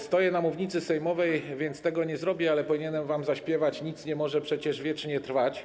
Stoję na mównicy sejmowej, więc tego nie zrobię, ale powinienem wam zaśpiewać: nic nie może przecież wiecznie trwać.